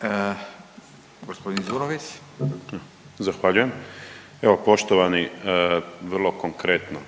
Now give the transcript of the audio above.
Dario (Fokus)** Zahvaljujem. Evo poštovani, vrlo konkretno.